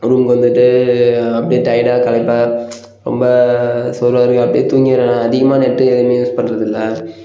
ரூமுக்கு வந்துட்டு அப்படியே டையடாக களைப்பாக ரொம்ப சோர்வாக இருக்கும் அப்படியே தூங்கிடுவேன் நான் அதிகமாக நெட்டு எதுவுமே யூஸ் பண்ணுறதில்ல